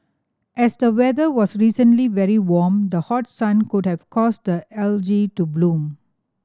as the weather was recently very warm the hot sun could have caused the algae to bloom